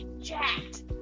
jacked